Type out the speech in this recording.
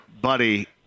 Buddy